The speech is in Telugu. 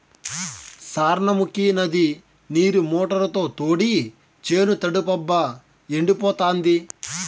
సార్నముకీ నది నీరు మోటారుతో తోడి చేను తడపబ్బా ఎండిపోతాంది